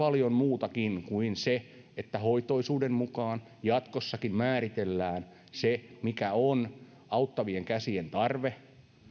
paljon muutakin kuin se että hoitoisuuden mukaan jatkossakin määritellään se mikä on auttavien käsien tarve